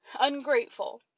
ungrateful